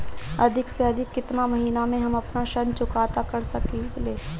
अधिक से अधिक केतना महीना में हम आपन ऋण चुकता कर सकी ले?